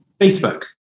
Facebook